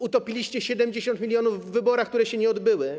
Utopiliście 70 mln w wyborach, które się nie odbyły.